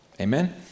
Amen